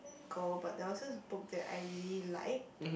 girl but there was this book that I really like